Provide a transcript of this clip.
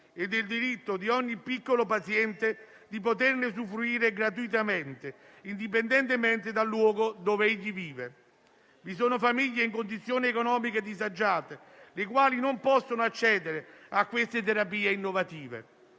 e del diritto di ogni piccolo paziente di poterne usufruire gratuitamente, indipendentemente dal luogo dove egli vive. Vi sono famiglie in condizioni economiche disagiate, le quali non possono accedere a queste terapie innovative.